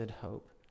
hope